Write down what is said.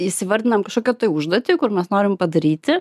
įsivardinam kažkokią užduotį kur mes norim padaryt